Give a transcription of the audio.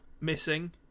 missing